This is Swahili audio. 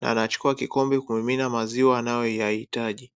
na anachukua kikombe kumimina maziwa anayo yahitaji.